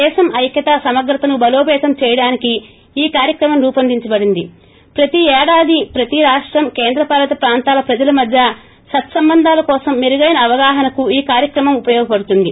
దేశం ఐక్యత సమగ్రతను బలోపతం చేయడానికి ఈ కార్యక్రమం రూవొందించబడింది ప్రతీ ఏడాది ప్రతి రాష్టంకేంద్రపాలిత ప్రాంతాల ప్రజల మధ్య సత్పంబంధాల కోసం మెరుగైన అవగాహనకు ఈ కార్యక్రమం ఉపయోగపడుతుంది